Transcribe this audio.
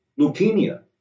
leukemia